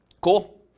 cool